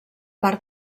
part